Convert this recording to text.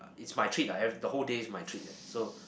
is my treat ah the whole day is my treat ah so